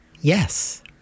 yes